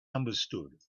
understood